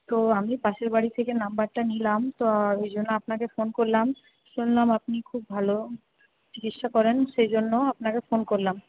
তো আমি পাশের বাড়ির থেকে নম্বরটা নিলাম তো ওইজন্য আপনাকে ফোন করলাম শুনলাম আপনি খুব ভালো চিকিৎসা করেন সেই জন্য আপনাকে ফোন করলাম